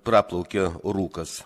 praplaukė rūkas